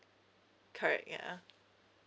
correct ya